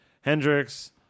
Hendrix